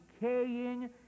decaying